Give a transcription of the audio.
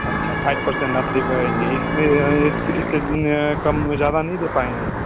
अच्छा five percent आप दे पाएंगे इसमें कम ज्यादा नहीं दे पाएंगे